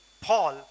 Paul